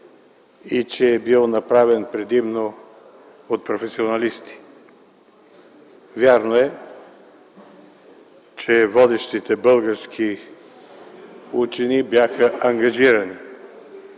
и че е бил направен предимно от професионалисти. Вярно е, че водещите български учени бяха ангажирани